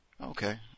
okay